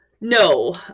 No